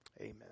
Amen